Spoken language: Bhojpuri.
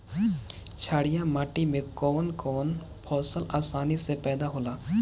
छारिया माटी मे कवन कवन फसल आसानी से पैदा होला?